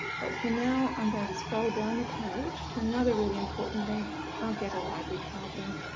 but for now i'm going to scroll down the page to another really important link, our get a library card link.